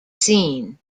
scene